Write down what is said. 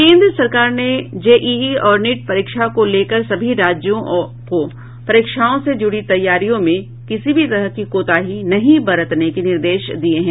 केंद्र सरकार ने जेईई और नीट परीक्षा को लेकर सभी राज्यों को परीक्षाओं से जुड़ी तैयारियों में किसी भी तरह की कोताही नहीं बरतने के निर्देश दिये हैं